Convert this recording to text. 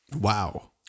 Wow